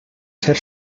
ser